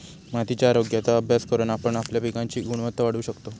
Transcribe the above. मातीच्या आरोग्याचो अभ्यास करून आपण आपल्या पिकांची गुणवत्ता वाढवू शकतव